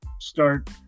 start